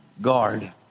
guard